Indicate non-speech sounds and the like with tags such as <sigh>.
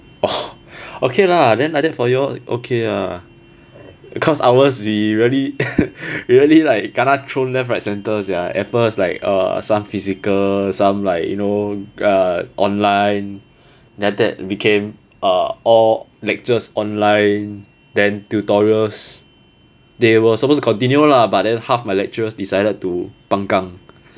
<coughs> okay lah then like that for y'all okay ah cause ours we really we really like kena thrown left right center sia at first like uh some physical some like you know uh online then after that became uh all lectures online then tutorials they were supposed to continue lah but then half my lecturers decided to pang kang